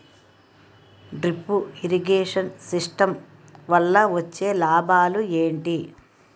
Drip irrigation system వల్ల వచ్చే లాభాలు ఏంటి?